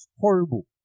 horrible